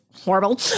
horrible